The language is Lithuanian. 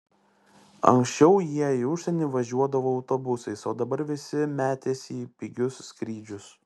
anksčiau jie į užsienį važiuodavo autobusais o dabar visi metėsi į pigius skrydžius